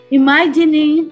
imagining